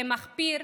זה מחפיר,